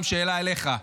שאלה גם אליך.